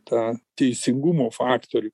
tą teisingumo faktorių